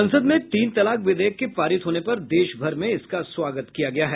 संसद में तीन तलाक विधेयक के पारित होने पर देश भर में इसका स्वागत किया गया है